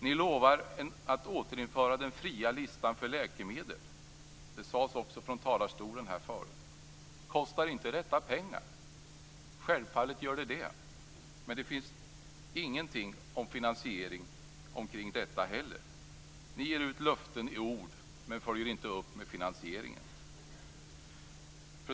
Ni lovar att återinföra den fria listan för läkemedel, och det har också tidigare sagts här från talarstolen. Kostar inte detta pengar? Ja, självfallet är det så. Ingenting sägs om finansieringen här heller. Ni ger ut löften i ord men följer inte upp med finansiering. Fru talman!